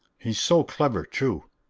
he's so clever, too!